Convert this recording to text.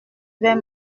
vais